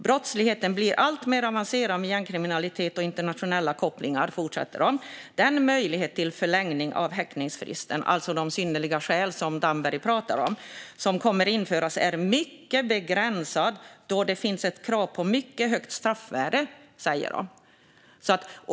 Brottsligheten blir alltmer avancerad med gängkriminalitet och internationella kopplingar, säger de. Den möjlighet till förlängning av häktningsfristen, alltså de synnerliga skäl som Damberg pratar om och som kommer att införas, är mycket begränsad då det finns ett krav på mycket högt straffvärde, säger de också.